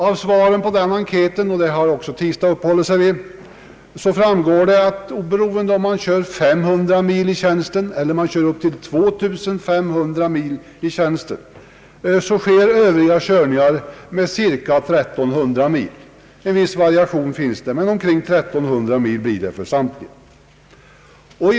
Av svaren på denna enkät — det har också herr Tistad uppehållit sig vid — framgår det att oberoende av om vederbörande kör 500 eller upp till 2500 mil i tjänsten omfattar övriga körningar cirka 1300 mil. Det finns en viss variation, men det blir omkring 1300 mil för samtliga.